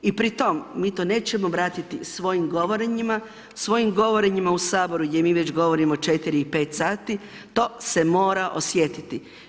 I pritom mi to nećemo vratiti svojim govorenjima, svojim govorenjima u Saboru, gdje mi već govorimo 4 i 5 sati, to se mora osjetiti.